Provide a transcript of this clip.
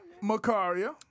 Makaria